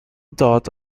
dot